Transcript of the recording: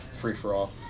free-for-all